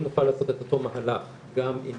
אם נוכל לעשות את אותו מהלך גם עם